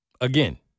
Again